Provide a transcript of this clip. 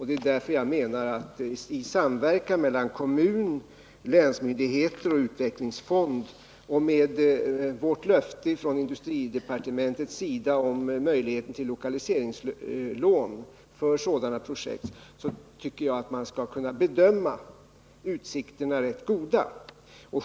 Det är därför jag menar att man vid en samverkan mellan kommun, länsmyndigheter och utvecklingsfond och med löftet från industridepartementet om möjligheter till lokaliseringslån för sådana projekt som grund skall kunna bedöma utsikterna vara rätt goda.